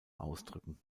ausdrücken